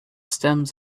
stems